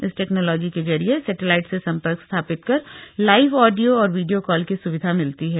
इस टेक्नोलॉजी के जरिए सैटेलाइट से सम्पर्क स्थापित कर लाइव ऑडियो ओर वीडियो कॉल की सुविधा मिलती है